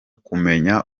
kumenya